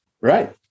Right